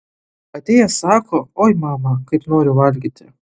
atėjęs sako oi mama kaip noriu valgyti